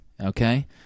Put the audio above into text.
Okay